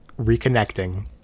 reconnecting